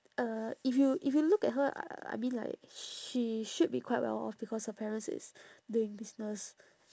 uh if you if you look at her uh I mean like she should be quite well off because her parents is doing business